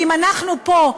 ואם אנחנו פה,